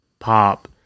pop